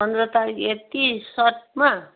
पन्ध्र तारिक यति सर्टमा